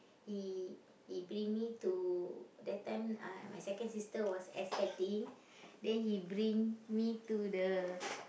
he he bring me to that time uh my second sister was expecting then he bring me to the